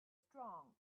strong